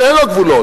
שאין לו גבולות.